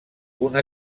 una